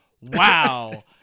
Wow